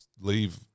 leave